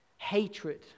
hatred